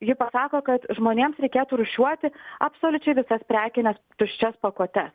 ji pasako kad žmonėms reikėtų rūšiuoti absoliučiai visas prekines tuščias pakuotes